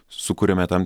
sukuriame tam